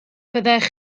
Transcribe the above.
fyddech